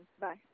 Bye